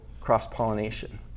cross-pollination